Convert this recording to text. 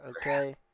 okay